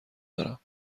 دارم